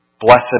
Blessed